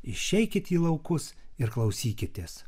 išeikit į laukus ir klausykitės